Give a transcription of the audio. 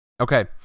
Okay